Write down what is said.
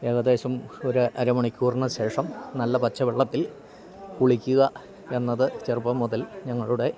ഏകദേശം ഒരു അരമണിക്കൂറിനുശേഷം നല്ല പച്ച വെള്ളത്തിൽ കുളിക്കുക എന്നത് ചെറുപ്പം മുതൽ ഞങ്ങളുടെ